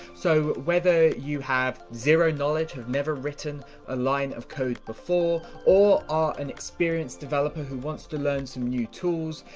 so whether you have zero knowledge of never written a line of code before, or are an experienced developer who wants to learn some you in tools,